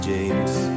James